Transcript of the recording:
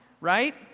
right